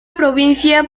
provincia